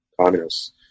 communists